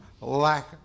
lack